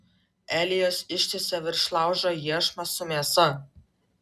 elijas ištiesia virš laužo iešmą su mėsa